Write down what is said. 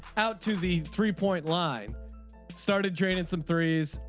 out to the three point line started draining some threes.